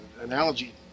analogy